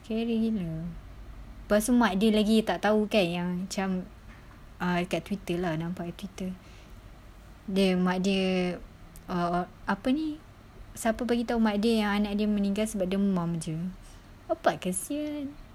scary gila pastu mak dia lagi tak tahu kan yang macam ah kat Twitter lah nampak kat Twitter dia mak dia ah apa ni siapa bagitahu yang mak dia anak dia meninggal sebab demam jer bapak kesian